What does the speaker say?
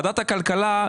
ועדת הכלכלה,